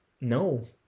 No